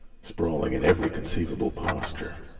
sprawling in every conceivable posture.